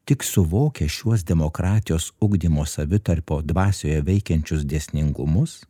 tik suvokę šiuos demokratijos ugdymo savitarpio dvasioje veikiančius dėsningumus